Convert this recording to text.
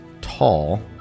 tall